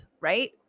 Right